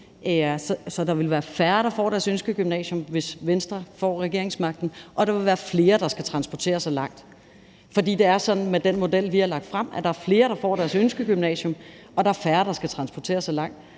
Så der vil være færre, der kommer på deres ønskegymnasium, hvis Venstre får regeringsmagten, og der vil være flere, der skal transportere sig langt. For det er sådan med den model, vi har lagt frem, at der er flere, der kommer på deres ønskegymnasium, og at der er færre, der skal transportere sig langt.